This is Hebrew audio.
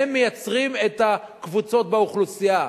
הם מייצרים את הקבוצות באוכלוסייה,